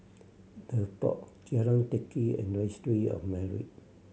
The Pod Jalan Teck Kee and Registry of Marriage